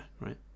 right